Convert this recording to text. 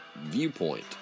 viewpoint